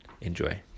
enjoy